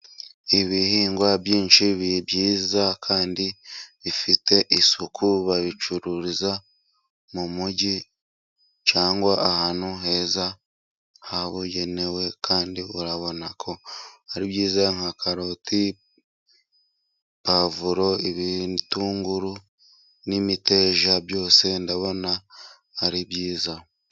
Ibihingwa byinshi byiza kandi bifite isuku babicururiza mu mujyi cyangwa ahantu heza habugenewe kandi urabona ko ari byiza nka karoti, pavuro, ibitunguru n'imiteja, byose ndabona ari byiza.